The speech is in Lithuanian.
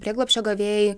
prieglobsčio gavėjai